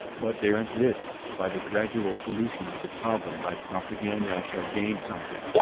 but there s this by the gradual solution of the problem by propaganda i shall gain something,